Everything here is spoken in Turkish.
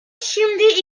şimdi